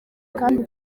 kandi